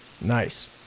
Nice